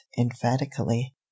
emphatically